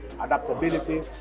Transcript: adaptability